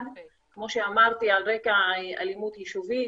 פשיעה ואלימות,